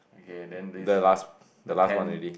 okay then this is the ten